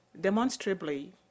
demonstrably